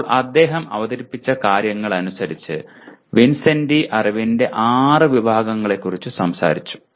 ഇപ്പോൾ അദ്ദേഹം അവതരിപ്പിച്ച കാര്യങ്ങൾ അനുസരിച്ച് വിൻസെന്റി അറിവിന്റെ ആറ് വിഭാഗങ്ങളെക്കുറിച്ച് സംസാരിച്ചു